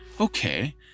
okay